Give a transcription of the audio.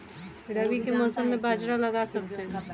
रवि के मौसम में बाजरा लगा सकते हैं?